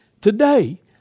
Today